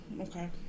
okay